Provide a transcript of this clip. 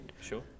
Sure